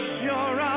sure